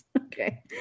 Okay